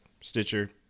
Stitcher